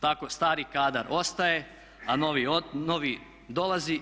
Tako stari kadar ostaje, a novi dolazi.